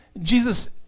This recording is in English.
Jesus